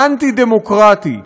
האנטי-דמוקרטי,